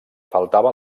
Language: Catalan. faltava